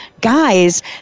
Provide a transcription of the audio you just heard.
guys